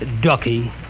ducky